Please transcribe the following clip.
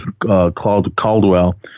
Caldwell